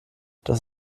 das